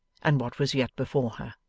and what was yet before her.